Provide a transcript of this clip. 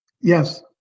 Yes